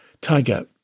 Tiger